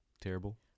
terrible